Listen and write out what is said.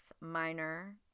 minor